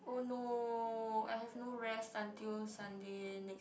oh no I have no rest until Sunday next